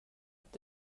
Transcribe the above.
att